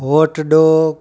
hot dog